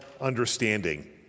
understanding